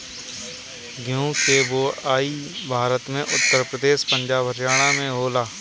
गेंहू के बोआई भारत में उत्तर प्रदेश, पंजाब, हरियाणा में होला